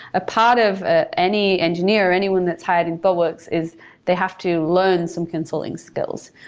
a part of ah any engineer, anyone that's hired in thought works is they have to learn some consulting skills.